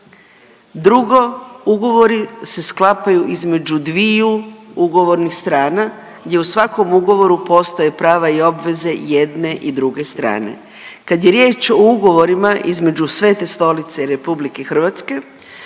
drugo ugovori se sklapaju između dviju ugovornih strana gdje u svakom ugovoru postoje prave i obveze jedne i druge strane. Kad je riječ o ugovorima između Svete Stolice i RH definiran je